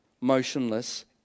motionless